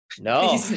No